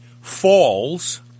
falls